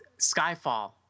Skyfall